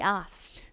asked